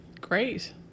Great